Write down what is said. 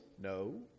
No